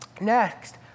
Next